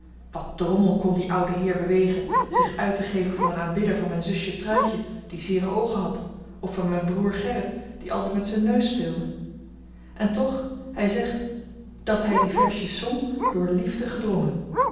wat drommel kon dien ouden heer bewegen zich uittegeven voor een aanbidder van myn zusje truitje die zeere oogen had of van myn broêr gerrit die altyd met zyn neus speelde en toch hy zegt dat hy die versjes zong door liefde gedrongen